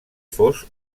fos